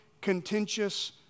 contentious